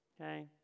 Okay